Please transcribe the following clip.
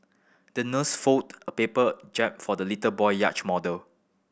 the nurse folded a paper jib for the little boy yacht model